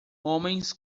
homens